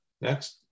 Next